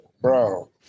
bro